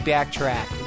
Backtrack